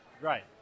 Right